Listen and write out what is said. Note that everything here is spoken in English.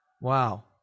Wow